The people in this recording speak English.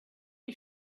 you